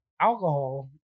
alcohol